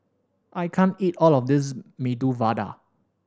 I can't eat all of this Medu Vada